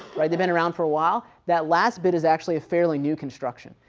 they've been around for a while, that last bit is actually a fairly new construction.